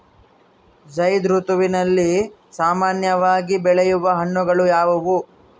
ಝೈಧ್ ಋತುವಿನಲ್ಲಿ ಸಾಮಾನ್ಯವಾಗಿ ಬೆಳೆಯುವ ಹಣ್ಣುಗಳು ಯಾವುವು?